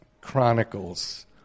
Chronicles